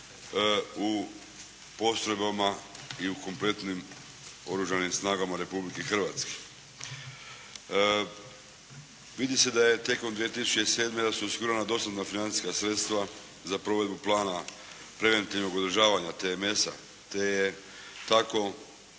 u postrojbama i u kompletnim Oružanim snagama Republike Hrvatske. Vidi se da je tijekom 2007., da su osigurana dostatna financijska sredstva za provedbu plana preventivnog udruživanja TMS-a, te je tako